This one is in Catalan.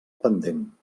pendent